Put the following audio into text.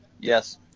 Yes